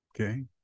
Okay